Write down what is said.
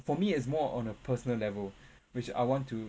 for me is more on a personal level which I want to